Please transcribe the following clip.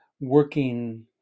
working